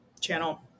channel